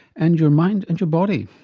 and your mind and your body.